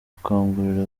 akangurira